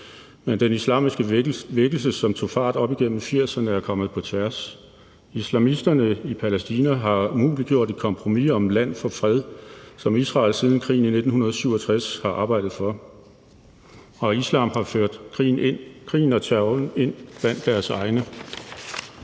Men den islamiske vækkelse, som tog fart op igennem 1980'erne, er kommet på tværs. Islamisterne i Palæstina har umuliggjort et kompromis om et land for fred, som Israel siden krigen i 1967 har arbejdet for, og islam har ført krigen og terroren ind blandt deres egne.